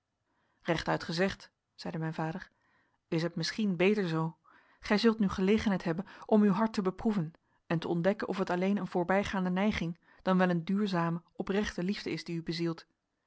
rechtuit gezegd zeide mijn vader is het misschien beter zoo gij zult nu gelegenheid hebben om uw hart te beproeven en te ontdekken of het alleen een voorbijgaande neiging dan wel een duurzame oprechte liefde is die u bezielt